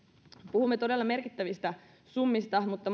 puhumme todella merkittävistä summista mutta